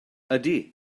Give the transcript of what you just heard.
ydy